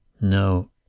no